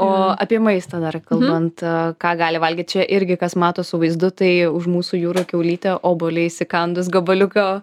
o apie maistą dar kalbant ką gali valgyt čia irgi kas mato su vaizdu tai už mūsų jūrų kiaulytė obuolį įsikandus gabaliuką